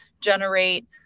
generate